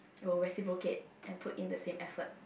I will reciprocate and put in the same effort